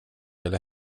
eller